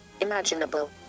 imaginable